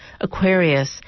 Aquarius